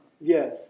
yes